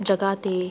ਜਗ੍ਹਾ 'ਤੇ